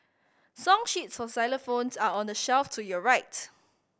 song sheets for xylophones are on the shelf to your right